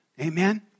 Amen